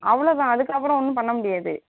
அவ்வளோ தான் அதுக்கப்புறம் ஒன்றும் பண்ண முடியாது